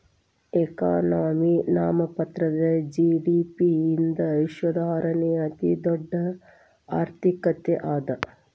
economy ನಾಮಮಾತ್ರದ GDP ಯಿಂದ ವಿಶ್ವದ ಆರನೇ ಅತಿದೊಡ್ಡ್ ಆರ್ಥಿಕತೆ ಅದ